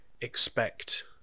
expect